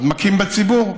אז מכים בציבור,